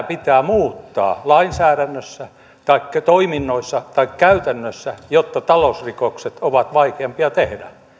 pitää muuttaa lainsäädännössä taikka toiminnoissa tai käytännössä jotta talousrikokset ovat vaikeampia tehdä